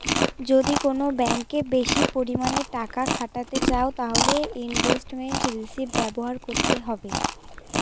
যদি কোন ব্যাঙ্কে বেশি পরিমানে টাকা খাটাতে চাও তাহলে ইনভেস্টমেন্ট রিষিভ ব্যবহার করতে হবে